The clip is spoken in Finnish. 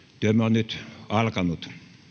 nyt alkanut